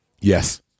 Yes